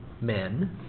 men